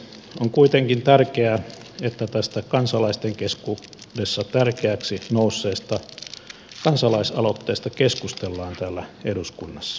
on kuitenkin tärkeää että tästä kansalaisten keskuudessa tärkeäksi nousseesta kansalaisaloitteesta keskustellaan täällä eduskunnassa